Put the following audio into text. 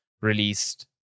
released